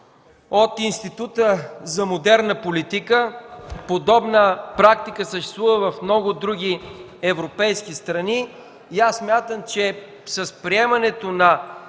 от Института за модерна политика. Подобна практика съществува в много други европейски страни и аз смятам, че с приемането на